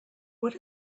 what